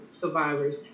survivors